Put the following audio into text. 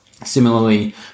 Similarly